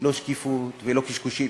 לא שקיפות ולא קשקושים.